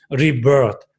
rebirth